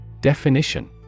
Definition